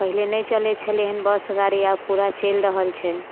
पहिले नहि चलैत छलै हन बस गाड़ी आब चलि रहल छै